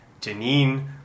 Janine